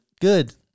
good